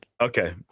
okay